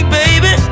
baby